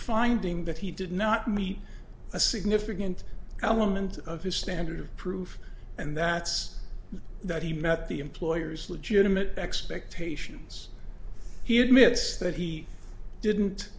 finding that he did not meet a significant element of his standard of proof and that's that he met the employer's legitimate expectations he admits that he didn't